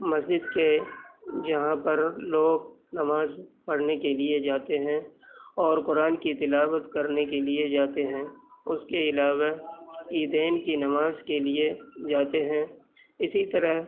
مسجد کے جہاں پر لوگ نماز پڑھنے کے لیے جاتے ہیں اور قرآن کی تلاوت کرنے کے لیے جاتے ہیں اس کے علاوہ عیدین کی نماز کے لیے جاتے ہیں اسی طرح